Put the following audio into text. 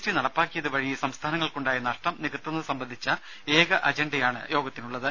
T നടപ്പാക്കിയത് വഴി സംസ്ഥാനങ്ങൾക്കുണ്ടായ നഷ്ടം നികത്തുന്നത് സംബന്ധിച്ച ഏക അജണ്ടയാണ് യോഗത്തിനുള്ളത്